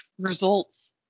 results